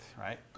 right